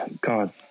God